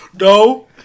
No